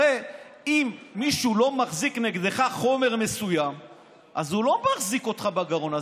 הרי אם מישהו לא מחזיק נגדך חומר מסוים אז הוא לא מחזיק אותך בגרון,